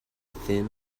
thin